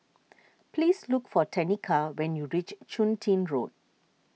please look for Tenika when you reach Chun Tin Road